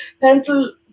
parental